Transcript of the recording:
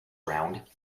round